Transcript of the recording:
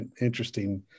interesting